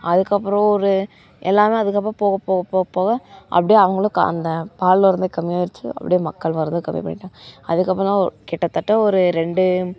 அதுக்கப்புறம் ஒரு எல்லாமே அதுக்கப்பறம் போக போக போ போக அப்படியே அவங்களும் கா அந்த பால் வரது கம்மி ஆயிடுச்சி அப்படியே மக்கள் வரதும் கம்மி பண்ணிட்டாங்க அதுக்கப்பறோம் கிட்டத்தட்ட ஒரு ரெண்டு